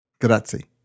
Grazie